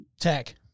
tech